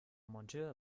monteur